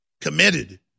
committed